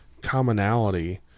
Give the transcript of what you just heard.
commonality